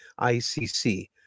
ICC